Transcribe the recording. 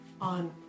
On